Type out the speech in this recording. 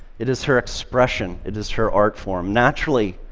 it is her expression. it is her art form. naturally,